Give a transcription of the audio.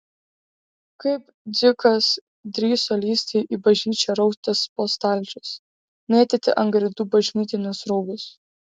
kaip dzikas drįso lįsti į bažnyčią raustis po stalčius mėtyti ant grindų bažnytinius rūbus